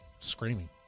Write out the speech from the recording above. Screaming